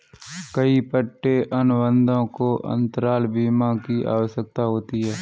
कई पट्टे अनुबंधों को अंतराल बीमा की आवश्यकता होती है